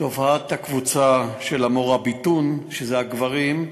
תופעת הקבוצה של ה"מוראביטון", שזה הגברים,